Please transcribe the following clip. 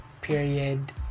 period